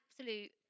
absolute